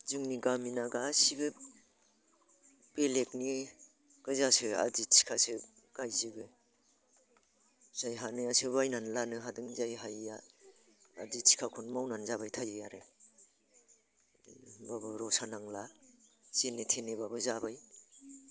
जोंनि गामिना गासैबो बेलेखनि गोजासो आदि थिखासो गायजोबो जायहानो ज' बायनानै लानो हादों जाय हाहैया आदि थिखाखौनो मावनानै जाबाय थायो आरो होमब्लाबो रसा नांला जेने थेनेब्लाबो जाबाय